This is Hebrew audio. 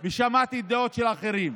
ושמעתי דעות של אחרים.